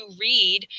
read